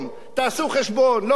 לא הרבה זמן, עשרה ימים,